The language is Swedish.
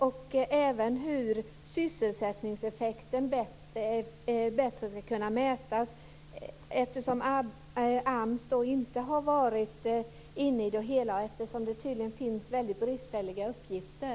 Jag undrar också hur sysselsättningseffekten bättre ska kunna mätas eftersom AMS inte har varit inne i det hela och eftersom det tydligen finns bristfälliga uppgifter.